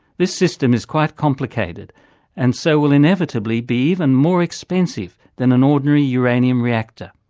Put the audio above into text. this system is quite complicated and so will inevitably be even more expensive than an ordinary uranium reactor.